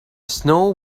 snow